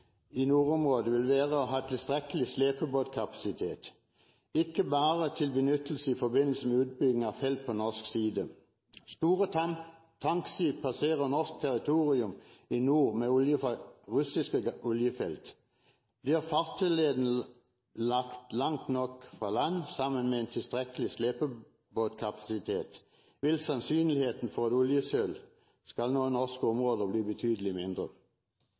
i nordområdene vil være å ha tilstrekkelig slepebåtkapasitet – ikke bare til benyttelse i forbindelse med utbygging av felt på norsk side. Store tankskip passerer norsk territorium i nord med olje fra russiske oljefelt. Blir fartøyleden lagt langt nok fra land, sammen med en tilstrekkelig slepebåtkapasitet, vil sannsynligheten for at oljesøl skal nå norske områder bli betydelig mindre.